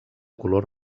color